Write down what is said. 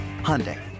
Hyundai